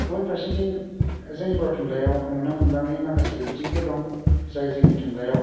गुबुन फारसेथिं जोंनि बर' थुनलाइयाव नुनो मोनबाङि माखासे बिथिंफोर दं जाय जोंनि थुनलाइयाव